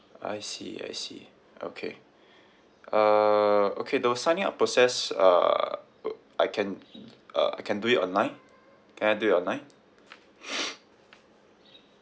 I see I see okay uh okay the signing up process uh o~ I can uh I can do it online can I do it online